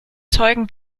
zeugen